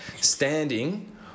standing